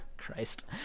Christ